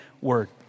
word